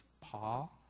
Paul